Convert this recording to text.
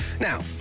Now